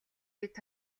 бид